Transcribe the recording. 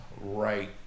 right